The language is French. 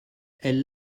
elle